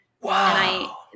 Wow